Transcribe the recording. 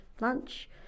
lunch